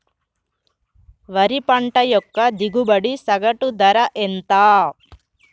వరి పంట యొక్క దిగుబడి సగటు ధర ఎంత?